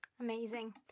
Amazing